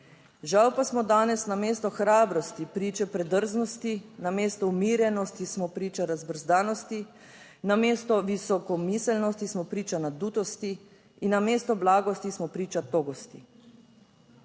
Žal pa smo danes namesto hrabrosti priče predrznosti, namesto umirjenosti smo priča razbrzdanosti, namesto visoko miselnosti smo priča nadutosti in namesto blagosti smo priča togosti.